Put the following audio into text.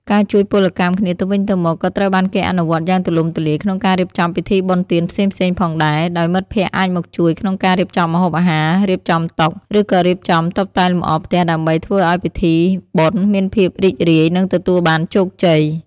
ការជួយពលកម្មគ្នាទៅវិញទៅមកក៏ត្រូវបានគេអនុវត្តយ៉ាងទូលំទូលាយក្នុងការរៀបចំពិធីបុណ្យទានផ្សេងៗផងដែរ ដោយមិត្តភក្តិអាចមកជួយក្នុងការរៀបចំម្ហូបអាហារ រៀបចំតុ ឬក៏រៀបចំតុបតែងលម្អផ្ទះដើម្បីធ្វើឱ្យពិធីបុណ្យមានភាពរីករាយនិងទទួលបានជោគជ័យ។